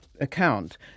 Account